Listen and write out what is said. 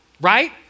Right